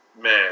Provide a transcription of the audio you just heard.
man